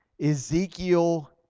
Ezekiel